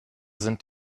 sind